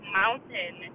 mountain